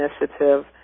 initiative